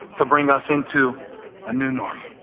to bring us into a new normal.